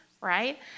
right